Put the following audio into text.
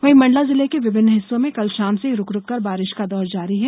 वहीं मंडला जिले के विभिन्न हिस्सों में कल शाम से ही रूक रूक कर बारिश का दौर जारी है